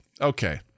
Okay